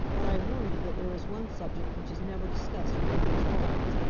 but i warn you that there is one subject which is never discussed within these walls.